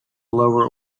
lower